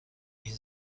این